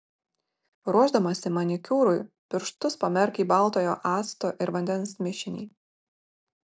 ruošdamasi manikiūrui pirštus pamerk į baltojo acto ir vandens mišinį